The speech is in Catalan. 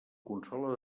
consola